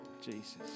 Jesus